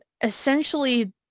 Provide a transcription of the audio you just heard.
essentially